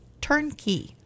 turnkey